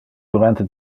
durante